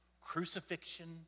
crucifixion